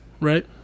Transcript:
Right